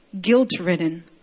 guilt-ridden